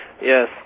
Yes